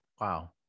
wow